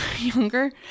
younger